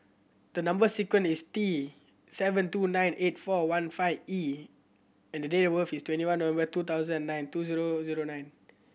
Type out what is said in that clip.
the number sequence is T seven two nine eight four one five E and the day of is twenty one November two thousand and nine two zero zero nine